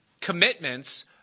commitments